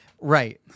Right